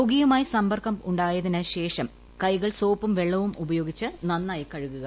രോഗിയുമായി സമ്പർക്കം ഉണ്ടായതിന് ശേഷം കൈകൾ സോപ്പും വെള്ളവും ഉപയോഗിച്ച് നന്നായി കഴുകുക